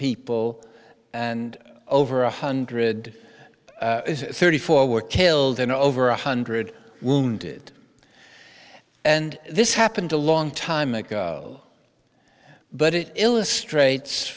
people and over one hundred thirty four were killed and over one hundred wounded and this happened a long time ago but it illustrates